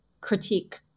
critique